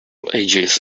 ages